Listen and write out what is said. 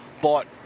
bought